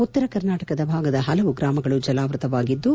ಉತ್ತರ ಕರ್ನಾಟಕ ಭಾಗದ ಹಲವು ಗ್ರಾಮಗಳು ಜಲಾವೃತವಾಗಿದ್ದು